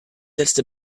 letzte